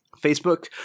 facebook